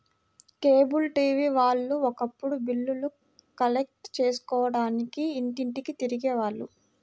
cable TV వాళ్ళు ఒకప్పుడు బిల్లులు కలెక్ట్ చేసుకోడానికి ఇంటింటికీ తిరిగే వాళ్ళు